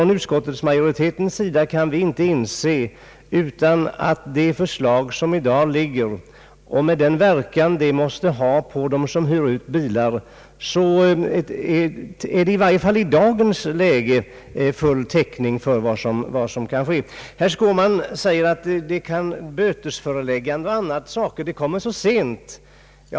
Men utskottsmajoriteten kan inte se annat än att det förslag som föreligger i dag och den verkan det måste ha på biluthyrare ger full täckning för vad som kan inträffa. Herr Skårman säger att bötesförelägganden och andra åtgärder kommer så sent.